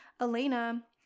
elena